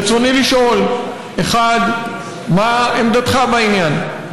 רצוני לשאול: 1. מה עמדתך בעניין?